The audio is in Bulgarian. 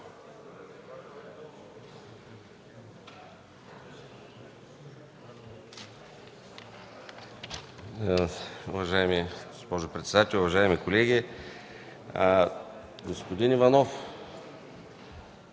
Уважаема госпожо председател, уважаеми колеги! Господин Иванов,